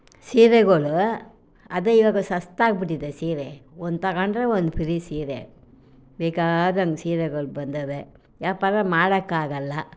ಸೀರೆಗಳು ಅದೇ ಈವಾಗ ಸಸ್ತಾ ಆಗಿ ಬಿಟ್ಟಿದೆ ಸೀರೆ ಒಂದು ತಗೊಂಡರೆ ಒಂದು ಫ್ರಿ ಸೀರೆ ಬೇಕಾದಂತೆ ಸೀರೆಗಳು ಬಂದಿವೆವೆ ವ್ಯಾಪಾರ ಮಾಡೋಕೆ ಆಗೋಲ್ಲ